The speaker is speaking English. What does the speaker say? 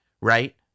right